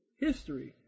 history